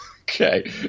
okay